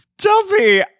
Chelsea